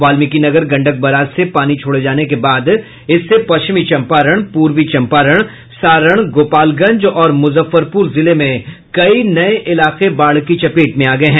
Valmikinagar Gandak barrage से पानी छोड़े जाने के बाद इससे पश्चिमी चंपारण पूर्वी चंपारण सारण गोपालगंज और मुजफ्फरपुर जिले में कई नये इलाके बाढ़ की चपेट में आ गये हैं